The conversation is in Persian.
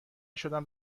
شدم